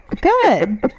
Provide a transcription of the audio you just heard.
Good